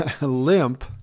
limp